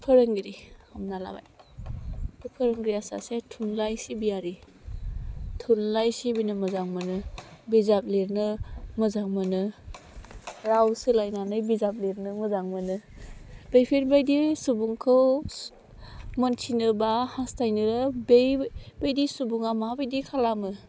फोरोंगिरि हमना लाबाय बे फोरोंगिरिया सासे थुनलाइ सिबियारि थुनलाइ सिबिनो मोजां मोनो बिजाब लिरनो मोजां मोनो राव सोलायनानै बिजाब लिरनो मोजां मोनो बेफोरबायदि सुबुंखौ मिन्थिनोब्ला हास्थायो बैबादि सुबुङा माबायदि खालामो